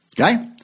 Okay